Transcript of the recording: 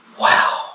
Wow